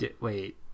Wait